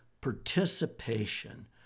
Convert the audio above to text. participation